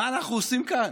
מה אנחנו עושים כאן?